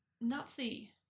Nazi